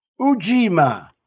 Ujima